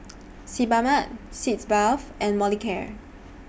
Sebamed Sitz Bath and Molicare